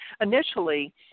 initially